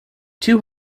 two